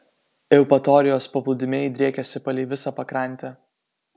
eupatorijos paplūdimiai driekiasi palei visą pakrantę